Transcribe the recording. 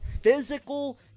physical